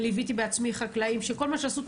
וליוויתי בעצמי חקלאים שכל מה שעשו,